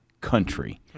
country